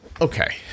Okay